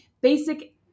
Basic